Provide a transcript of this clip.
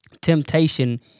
Temptation